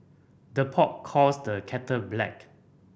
the pot calls the kettle black